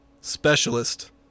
specialist